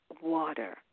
water